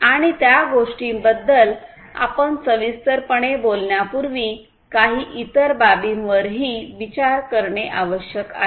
आणि त्या गोष्टींबद्दल आपण सविस्तरपणे बोलण्यापूर्वी काही इतर बाबींवरही विचार करणे आवश्यक आहे